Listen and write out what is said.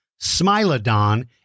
Smilodon